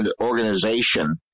organization